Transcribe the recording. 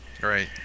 Right